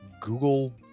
Google